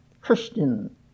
Christian